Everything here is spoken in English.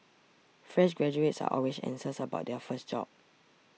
fresh graduates are always anxious about their first job